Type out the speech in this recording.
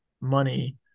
money